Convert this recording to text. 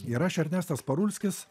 ir aš ernestas parulskis